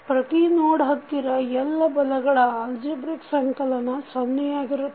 ಪ್ರತಿ ನೋಡ್ ಹತ್ತಿರ ಎಲ್ಲ ಬಲಗಳ ಆಲ್ಝಿಬ್ರಿಕ್ ಸಂಕಲನ ಸೊನ್ನೆಯಾಗಿರುತ್ತದೆ